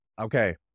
Okay